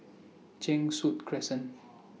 Cheng Soon Crescent